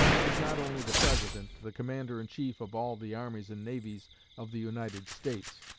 he was not only the president, the commander-in-chief of all the armies and navies of the united states,